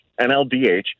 NLDH